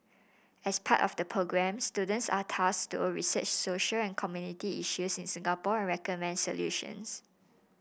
as part of the programme students are tasked to research social and community issues in Singapore and recommend solutions